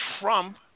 Trump